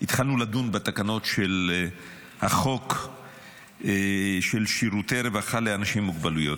התחלנו לדון בתקנות של החוק של שירותי רווחה לאנשים עם מוגבלויות.